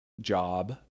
job